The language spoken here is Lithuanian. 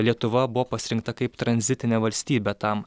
lietuva buvo pasirinkta kaip tranzitinė valstybė tam